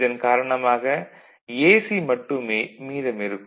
இதன் காரணமாக AC மட்டுமே மீதம் இருக்கும்